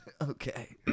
Okay